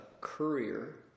courier